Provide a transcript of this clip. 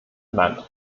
land